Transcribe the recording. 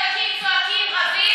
אתם נאבקים, צועקים, רבים.